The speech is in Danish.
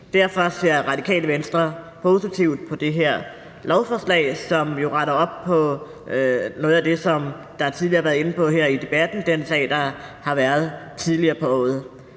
Derfor ser Radikale Venstre positivt på det her lovforslag, som jo retter op på noget af det, som man tidligere har været inde på her i debatten, altså den sag, der har været tidligere på året.